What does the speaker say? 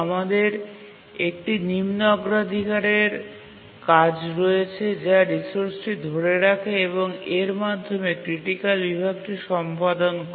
আমাদের একটি নিম্ন অগ্রাধিকারের কাজ রয়েছে যা রিসোর্সটি ধরে রাখে এবং এর মাধ্যমে ক্রিটিকাল বিভাগটি সম্পাদন করে